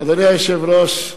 אדוני היושב-ראש,